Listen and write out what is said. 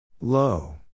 Low